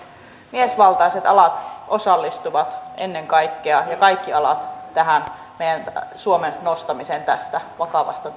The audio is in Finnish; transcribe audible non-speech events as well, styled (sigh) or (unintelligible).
miesvaltaiset alat osallistuvat ennen kaikkea ja kaikki alat tähän meidän suomen nostamiseen tästä vakavasta (unintelligible)